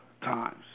times